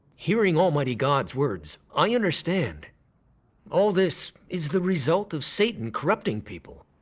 hearing almighty god's words, i understand all this is the result of satan corrupting people.